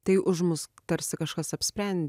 tai už mus tarsi kažkas apspren